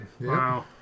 Wow